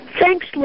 Thanks